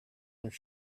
their